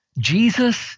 Jesus